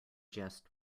just